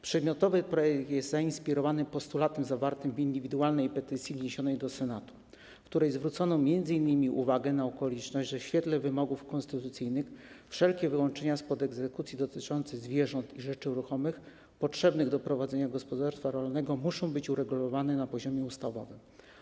Przedmiotowy projekt jest zainspirowany postulatem zawartym w indywidualnej petycji wniesionej do Senatu, w której zwrócono uwagę m.in. na okoliczność, że w świetle wymogów konstytucyjnych wszelkie wyłączenia spod egzekucji dotyczące zwierząt i rzeczy ruchomych potrzebnych do prowadzenia gospodarstwa rolnego muszą być uregulowane na poziomie ustawowym.